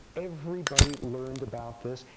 everybody learned about this.